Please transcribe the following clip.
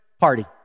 Party